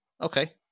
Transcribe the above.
okay